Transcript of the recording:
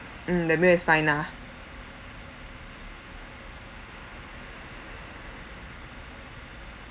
mm the wait was fine lah